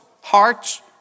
hearts